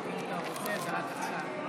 לא